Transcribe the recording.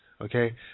Okay